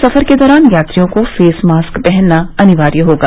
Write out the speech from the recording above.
सफर के दौरान यात्रियों को फेस मास्क पहनना अनिवार्य होगा